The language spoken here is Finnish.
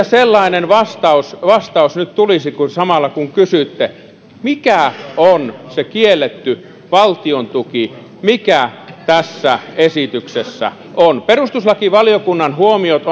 sellainen vastaus vastaus nyt tulisi samalla kun kysytte mikä on se kielletty valtiontuki mikä tässä esityksessä on perustuslakivaliokunnan huomiot